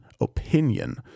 opinion